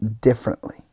differently